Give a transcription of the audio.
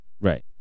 Right